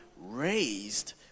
raised